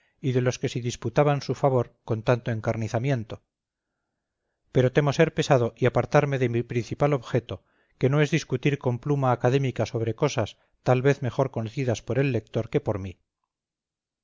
y de los que se disputaban su favor con tanto encarnizamiento pero temo ser pesado y apartarme de mi principal objeto que no es discutir con pluma académica sobre cosas tal vez mejor conocidas por el lector que por mí